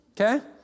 Okay